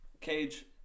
Cage